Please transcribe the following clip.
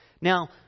Now